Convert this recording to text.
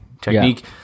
technique